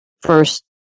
First